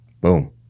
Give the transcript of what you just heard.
Boom